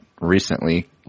Recently